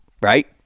right